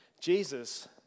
Jesus